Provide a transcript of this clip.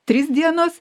trys dienos